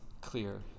clear